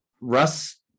Russ